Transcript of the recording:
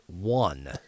one